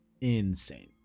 insane